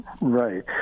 Right